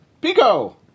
Pico